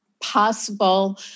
possible